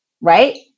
right